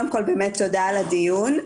תודה על הדיון.